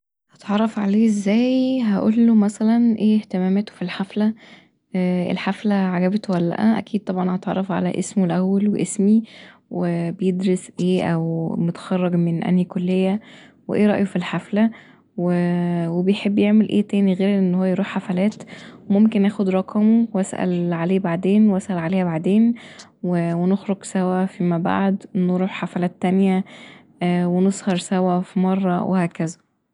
اتعرف عليه ازاي، هقوله مثلا ايه اهتماماته في الحفلة الحفله عجبته ولا لأ، اكيد طبعا هتعرف علي اسمه الأول وأسمي وبيدرس ايه او متخرج من انهي كليه وايه رأيه في الحفله وبيحب يعمل ايه تاني غير ان هو يروح حفلات وممكن اخد رقمه وأسأل عليه بعدين ونخرج سوا فيما بعد نروح حفلات تانيه ونسهر سوا في مره وهكذا